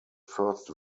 first